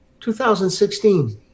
2016